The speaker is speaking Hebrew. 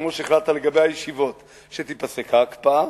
כמו שהחלטת לגבי הישיבות, שתיפסק ההקפאה,